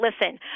Listen